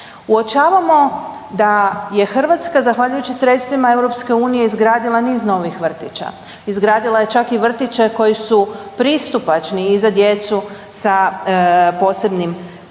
Uočavamo da je Hrvatska zahvaljujući sredstvima EU izgradila niz novih vrtića, izgradila je čak i vrtiće koji su pristupačni i za djecu sa posebnim potrebama